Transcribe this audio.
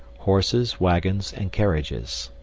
horses, wagons, and carriages